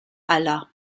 aller